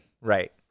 Right